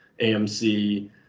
AMC